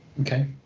Okay